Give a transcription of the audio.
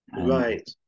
Right